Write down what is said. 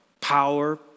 power